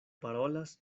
parolas